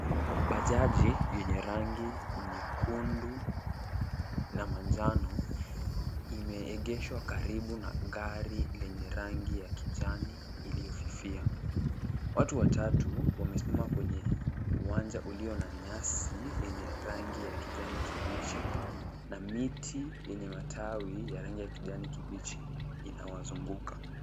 Bajaji yenye rangi nyekundu na manjano imeegeshwa karibu na gari lenye rangi ya kijani iliyofifia. Watu watatu wamesimama kwenye uwanja ulio na nyasi yenye rangi ya kijani kibichi na miti yenye matawi ya rangi ya kijani kibichi inawazunguka.